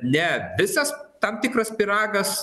ne visas tam tikras pyragas